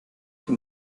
den